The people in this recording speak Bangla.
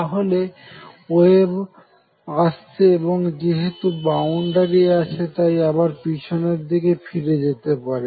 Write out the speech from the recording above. তাহলে ওয়েভ আসছে এবং যেহেতু বাউন্ডারি আছে তাই আবার পিছনের দিকে ফিরে যেতে পারে